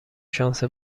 شانس